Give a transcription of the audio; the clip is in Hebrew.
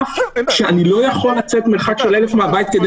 שאני לא יכול לצאת מרחק של יותר מ-1,000 מטר כדי